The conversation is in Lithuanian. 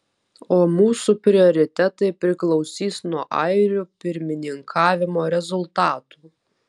o mūsų prioritetai priklausys nuo airių pirmininkavimo rezultatų